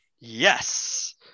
Yes